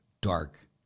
dark